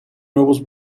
nuevos